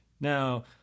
Now